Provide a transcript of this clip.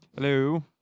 Hello